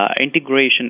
integration